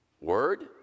word